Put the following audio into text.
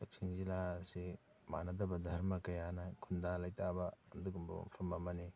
ꯀꯛꯆꯤꯡ ꯖꯤꯂꯥ ꯑꯁꯤ ꯃꯥꯟꯅꯗꯕ ꯙꯔꯃ ꯀꯌꯥꯅ ꯈꯨꯟꯗꯥ ꯂꯩꯇꯥꯕ ꯑꯗꯨꯒꯨꯝꯕ ꯃꯐꯝ ꯑꯃꯅꯤ